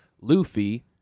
Luffy